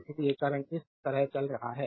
इसलिए करंट इस तरह चल रहा है